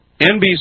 NBC